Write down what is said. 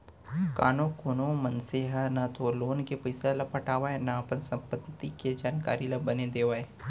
कानो कोनो मनसे ह न तो लोन के पइसा ल पटावय न अपन संपत्ति के जानकारी ल बने देवय